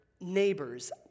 neighbors